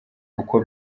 uko